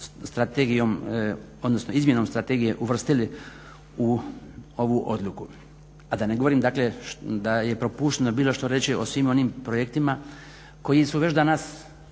izmjenom strategije uvrstili u ovu odluku. A da ne govorim dakle da je propušteno bilo što reći o svim onim projektima koji su već danas